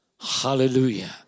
Hallelujah